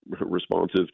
responsive